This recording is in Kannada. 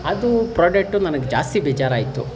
ಅದು ಪ್ರಾಡಕ್ಟು ನನಗೆ ಜಾಸ್ತಿ ಬೇಜಾರಾಯಿತು